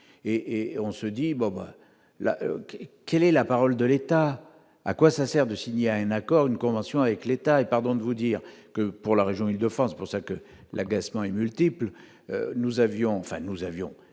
moi là, quelle est la parole de l'État, à quoi ça sert de signer un accord, une convention avec l'État et, pardon de vous dire que pour la région Île-de-France pour ça que l'agacement est multiple, nous avions